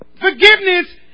forgiveness